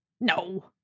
No